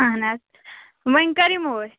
اہَن حظ وۄنۍ کَر یِمو أسۍ